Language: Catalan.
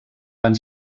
van